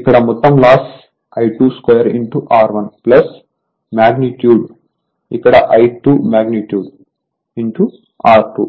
కాబట్టి ఇక్కడ మొత్తం లాస్ I22 R1 మాగ్నిట్యూడ్ ఇక్కడ I2 మాగ్నిట్యూడ్ R2